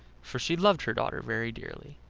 for she loved her daughter very dearly.